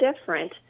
different